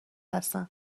هستن